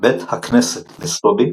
בית הכנסת בסטובי